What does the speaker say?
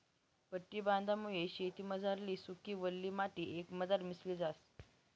पट्टी बांधामुये शेतमझारली सुकी, वल्ली माटी एकमझार मिसळी जास